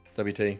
WT